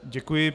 Děkuji.